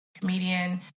comedian